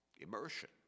immersion